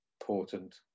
important